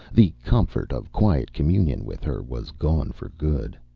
the comfort of quiet communion with her was gone for good.